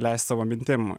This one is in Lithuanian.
leist savo mintim